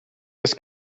das